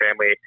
family